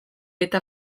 eta